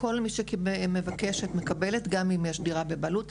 כל מי שמבקשת מקבלת, גם אם יש דירה בבעלות.